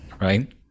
right